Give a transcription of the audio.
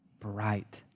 bright